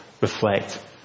reflect